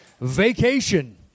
Vacation